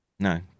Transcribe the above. No